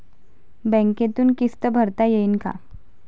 बँकेतून किस्त भरता येईन का?